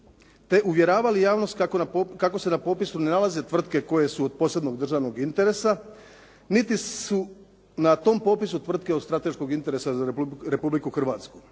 te uvjeravali javnost kako se na popisu ne nalaze tvrtke koje su od posebnog državnog interesa niti su na tom popisu tvrtke od strateškog interesa za Republiku Hrvatsku.